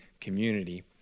community